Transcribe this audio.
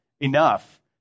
enough